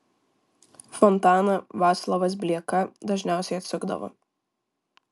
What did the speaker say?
fontaną vaclovas blieka dažniausiai atsukdavo